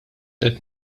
qed